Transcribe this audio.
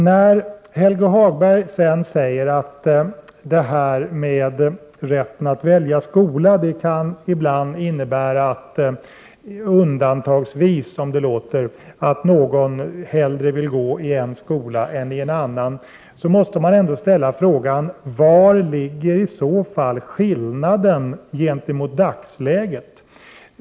När Helge Hagberg sedan säger att rätten att välja skola ibland kan innebära — undantagsvis, låter det som — att någon hellre vill gå i en skola än i en annan, måste man ställa frågan: Vari ligger i så fall skillnaden, jämfört med dagsläget?